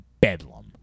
bedlam